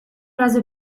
razy